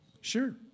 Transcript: Sure